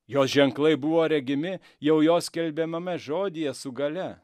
jo ženklai buvo regimi jau jo skelbiamame žodyje su galia